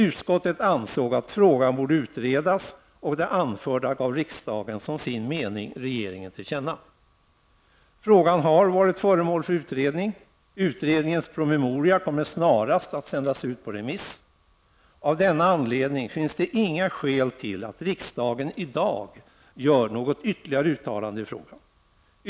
Utskottet ansåg att frågan borde utredas, och det anförda gav riksdagen som sin mening regeringen till känna. Frågan har varit föremål för utredning. Utredningens promemoria kommer snarast att sändas ut på remiss. Av denna anledning finns det inga skäl till att riksdagen i dag gör något ytterligare uttalande i frågan.